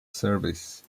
service